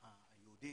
היהודית.